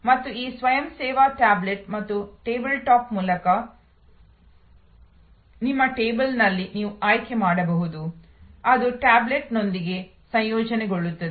ಮತ್ತು ಈ ಸ್ವಯಂ ಸೇವಾ ಟ್ಯಾಬ್ಲೆಟ್ ಮತ್ತು ಟೇಬಲ್ ಟಾಪ್ ಮೂಲಕ ನಿಮ್ಮ ಟೇಬಲ್ನಲ್ಲಿ ನೀವು ಆಯ್ಕೆ ಮಾಡಬಹುದು ಅದು ಟ್ಯಾಬ್ಲೆಟ್ನೊಂದಿಗೆ ಸಂಯೋಜನೆಗೊಳ್ಳುತ್ತದೆ